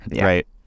right